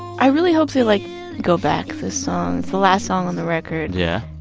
i really hope they like go back, this song. it's the last song on the record yeah